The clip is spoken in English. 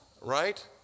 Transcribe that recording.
right